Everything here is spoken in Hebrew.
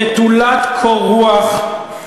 נטולת קור רוח,